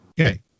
Okay